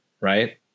right